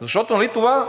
Защото нали това